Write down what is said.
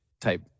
type